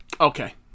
Okay